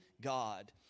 God